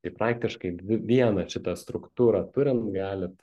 tai praktiškai dvi vieną šitą struktūrą turint galit